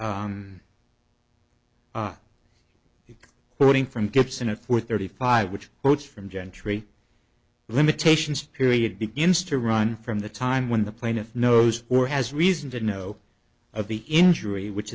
quoting from gibson at four thirty five which votes from gentry limitations period begins to run from the time when the plaintiff knows or has reason to know of the injury which